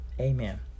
amen